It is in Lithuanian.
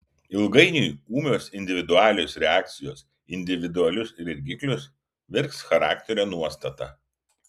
ilgainiui ūmios individualios reakcijos į individualius dirgiklius virs charakterio nuostata